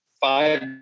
five